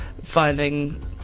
finding